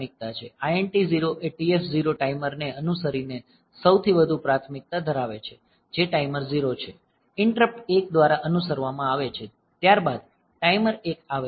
INT 0 એ TF0 timer ને અનુસરીને સૌથી વધુ પ્રાથમિકતા ધરાવે છે જે ટાઈમર 0 છે ઈંટરપ્ટ 1 દ્વારા અનુસરવામાં આવે છે ત્યારબાદ ટાઈમર 1 આવે છે